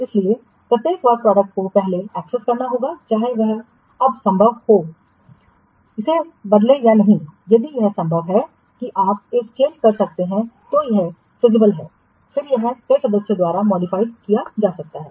इसलिए प्रत्येक work product को पहले एक्सेस करना होगा चाहे वह अब संभव हो इसे बदलें या नहीं यदि यह संभव है कि आप एक चेंज कर सकते हैं तो यह फिजिबल है फिर यह कई सदस्यों द्वारा मॉडिफाइड किया जा सकता है